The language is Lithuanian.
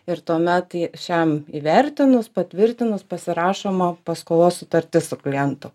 ir tuomet į šiam įvertinus patvirtinus pasirašoma paskolos sutartis su klientu